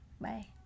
Bye